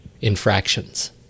infractions